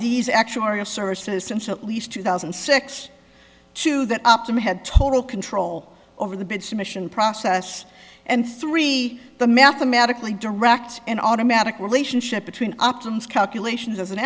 these actuarial services since at least two thousand and six two that up to me had total control over the bid submission process and three the mathematically direct and automatic relationship between upton's calculations as an